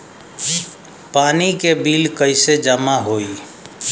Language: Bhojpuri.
पानी के बिल कैसे जमा होयी?